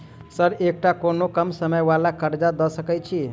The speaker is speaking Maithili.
सर एकटा कोनो कम समय वला कर्जा दऽ सकै छी?